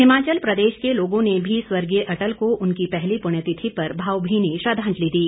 हिमाचल प्रदेश के लोगों ने भी स्वर्गीय अटल को उनकी पहली पुण्यतिथि पर भावभीनी श्रद्वांजलि दी